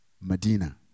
Medina